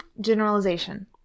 Generalization